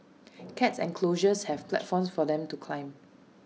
cat enclosures have platforms for them to climb